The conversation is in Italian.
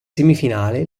semifinale